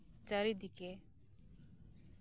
ᱪᱟᱹᱨᱤᱫᱤᱠᱮ